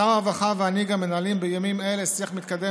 שר הרווחה ואני גם מנהלים בימים אלה שיח מתקדם